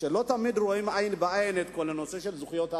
שלא תמיד רואים עין בעין את כל הנושא של זכויות אדם,